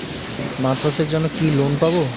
মাছ চাষের জন্য কি লোন পাব?